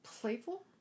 playful